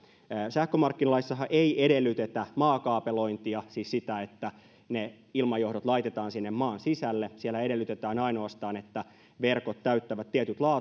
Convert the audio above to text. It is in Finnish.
sähkömarkkinalaissahan ei edellytetä maakaapelointia siis sitä että ne ilmajohdot laitetaan sinne maan sisälle vaan siellä edellytetään ainoastaan että verkot täyttävät tietyt